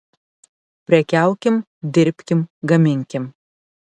prekiaukim dirbkim gaminkim